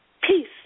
peace